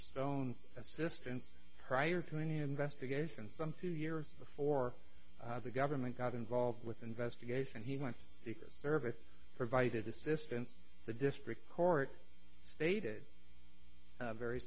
stone assistant prior to any investigation some two years before the government got involved with investigation he went secret service provided assistance the district court stated very